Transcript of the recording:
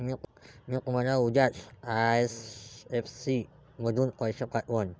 मी तुम्हाला उद्याच आई.एफ.एस.सी मधून पैसे पाठवीन